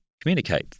communicate